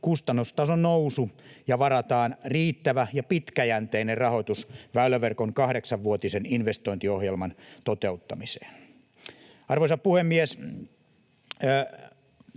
kustannustason nousu ja varataan riittävä ja pitkäjänteinen rahoitus väyläverkon kahdeksanvuotisen investointiohjelman toteuttamiseen. Arvoisa puhemies!